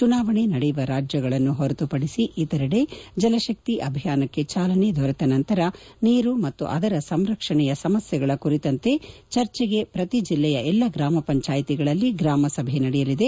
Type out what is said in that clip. ಚುನಾವಣೆ ನಡೆಯುವ ರಾಜ್ಯಗಳನ್ನು ಹೊರತುಪಡಿಸಿ ಇತರೆದೆ ಜಲಶಕ್ತಿ ಅಭಿಯಾನಕ್ಕೆ ಚಾಲನೆ ದೊರೆತ ನಂತರ ನೀರು ಮತ್ತು ಅದರ ಸಂರಕ್ಷಣೆಯ ಸಮಸ್ನೆಗಳ ಕುರಿತಂತೆ ಚರ್ಚೆಗೆ ಪ್ರತಿ ಜಿಲ್ಲೆಯ ಎಲ್ಲಾ ಗ್ರಾಮ ಪಂಚಾಯಿತಿಗಳಲ್ಲಿ ಗ್ರಾಮಸಭೆ ನಡೆಯಲಿದೆ